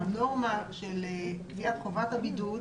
הנורמה של קביעת חובת הבידוד